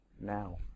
now